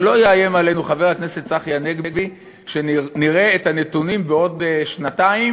שלא יאיים עלינו חבר הכנסת צחי הנגבי שנראה את הנתונים בעוד שנתיים,